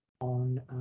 on